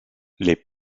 les